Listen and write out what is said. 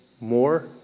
more